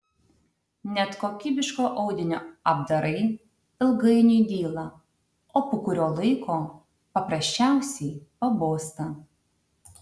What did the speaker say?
net kokybiško audinio apdarai ilgainiui dyla o po kurio laiko paprasčiausiai pabosta